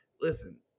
Listen